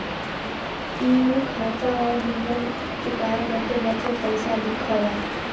इ उ खांचा हौ जेमन चुकाए बदे बचल पइसा दिखला